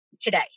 today